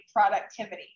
productivity